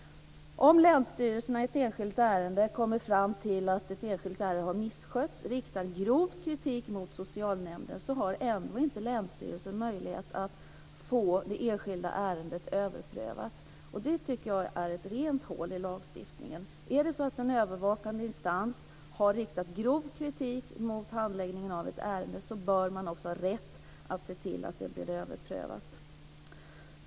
Om länsstyrelsen i ett enskilt ärende kommer fram till att det enskilda ärendet misskötts och riktar grov kritik mot socialnämnden har länsstyrelsen ändå inte möjlighet att få det enskilda ärendet överprövat. Det tycker jag verkligen är ett hål i lagstiftningen. Är det så att en övervakande instans har riktat grov kritik mot handläggningen av ett ärende bör man ha rätt att se till att det blir överprövat.